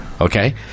okay